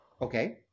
Okay